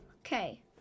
Okay